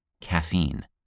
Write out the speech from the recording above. caffeine